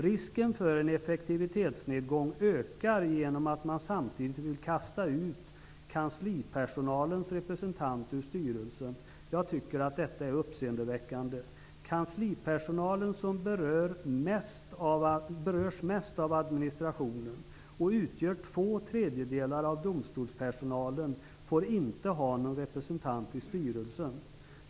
Risken för en effektivitetsnedgång ökar genom att man samtidigt vill kasta ut kanslipersonalens representant ur styrelsen. Jag tycker att detta är uppseendeväckande. Kanslipersonalen som berörs mest av administrationen och utgör två tredjedelar av domstolspersonalen får inte ha någon representant i styrelsen.